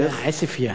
איך, עיספיא?